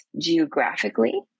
geographically